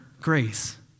grace